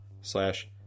slash